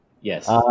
yes